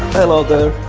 hello there!